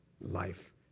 life